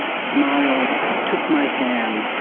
smiled took my hand,